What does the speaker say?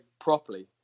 properly